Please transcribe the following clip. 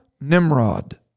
Nimrod